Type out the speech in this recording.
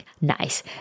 nice